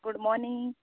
good morning